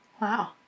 Wow